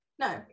no